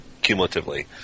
Cumulatively